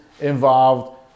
involved